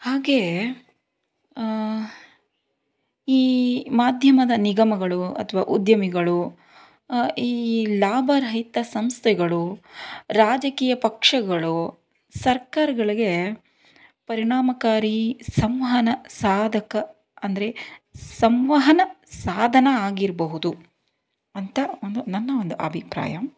ಹಾಗೆಯೇ ಈ ಮಾಧ್ಯಮದ ನಿಗಮಗಳು ಅಥವಾ ಉದ್ಯಮಿಗಳು ಈ ಲಾಭ ರಹಿತ ಸಂಸ್ಥೆಗಳು ರಾಜಕೀಯ ಪಕ್ಷಗಳು ಸರ್ಕಾರಗಳಿಗೆ ಪರಿಣಾಮಕಾರಿ ಸಂವಹನ ಸಾಧಕ ಅಂದರೆ ಸಂವಹನ ಸಾಧನ ಆಗಿರಬಹುದು ಅಂತ ಒಂದು ನನ್ನ ಒಂದು ಅಭಿಪ್ರಾಯ